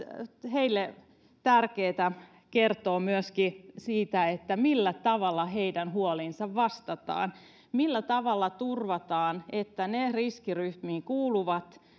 heille tärkeää kertoa myöskin siitä millä tavalla heidän huoliinsa vastataan millä tavalla turvataan että ne riskiryhmiin kuuluvat